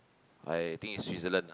I think is Switzerland ah